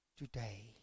today